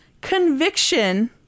conviction